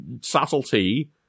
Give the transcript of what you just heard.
subtlety